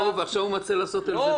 הוא עכשיו מנסה לעשות על זה דיון.